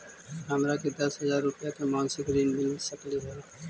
हमरा के दस हजार रुपया के मासिक ऋण मिल सकली हे?